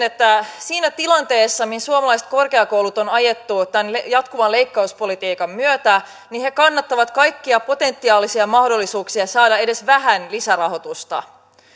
että siinä tilanteessa mihin suomalaiset korkeakoulut on ajettu tämän jatkuvan leikkauspolitiikan myötä he kannattavat kaikkia potentiaalisia mahdollisuuksia saada edes vähän lisärahoitusta